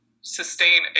sustain